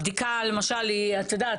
הבדיקה למשל את יודעת,